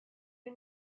you